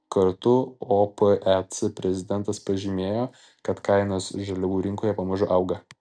kartu opec prezidentas pažymėjo kad kainos žaliavų rinkoje pamažu auga